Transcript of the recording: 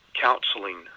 counseling